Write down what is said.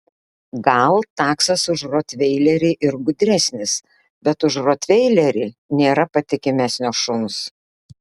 gal taksas už rotveilerį ir gudresnis bet už rotveilerį nėra patikimesnio šuns